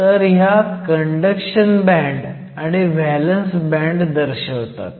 तर ह्या conduction band आणि व्हॅलंस बँड दर्शवतात